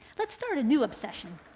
let's start a new obsession